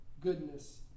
goodness